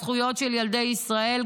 הזכויות של ילדי ישראל,